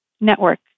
Network